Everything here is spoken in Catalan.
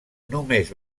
només